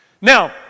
Now